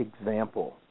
example